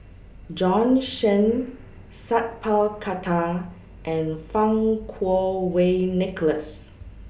Bjorn Shen Sat Pal Khattar and Fang Kuo Wei Nicholas